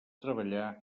treballar